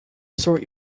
sort